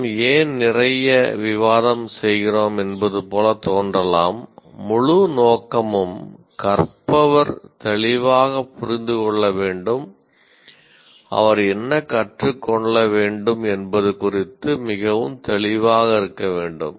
நாம் ஏன் நிறைய விவாதம் செய்கிறோம் என்பது போல் தோன்றலாம் முழு நோக்கமும் கற்பவர் தெளிவாக புரிந்து கொள்ள வேண்டும் அவர் என்ன கற்றுக் கொள்ள வேண்டும் என்பது குறித்து மிகவும் தெளிவாக இருக்க வேண்டும்